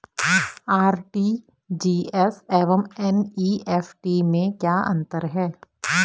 RTGS एवं NEFT में क्या अंतर है?